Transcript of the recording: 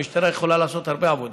המשטרה יכולה לעשות הרבה עבודה,